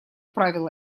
правило